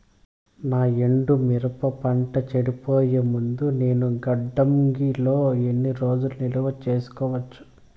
నా ఎండు మిరప పంట చెడిపోయే ముందు నేను గిడ్డంగి లో ఎన్ని రోజులు నిలువ సేసుకోవచ్చు?